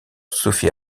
sophie